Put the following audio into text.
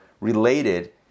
related